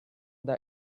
the